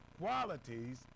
Qualities